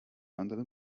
andere